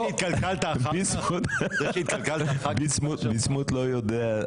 זה שהתקלקלת אחר כך --- ביסמוט לא יודע,